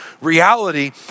reality